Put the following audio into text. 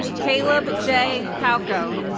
caleb j. palko